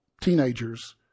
teenagers